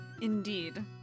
Indeed